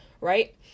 right